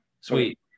Sweet